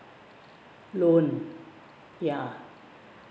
loan ya